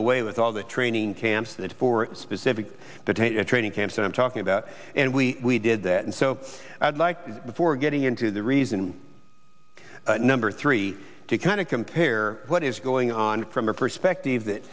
away with all the training camps that for specific detail training camps i'm talking about and we did that and so i'd like before getting into the reason number three to kind of compare what is going on from a perspective that